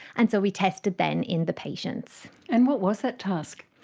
and so we tested them in the patients. and what was that task?